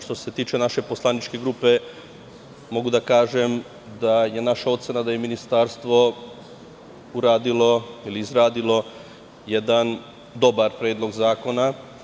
Što se tiče naše poslaničke grupe, mogu da kažem da je naša ocena da je Ministarstvo izradilo jedan dobar predlog zakona.